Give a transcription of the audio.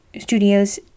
studios